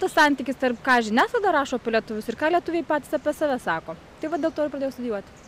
tas santykis tarp ką žiniasklaida rašo apie lietuvius ir ką lietuviai patys apie save sako tai va dėl to ir pradėjau studijuoti